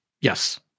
Yes